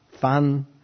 fun